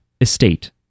estate